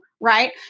right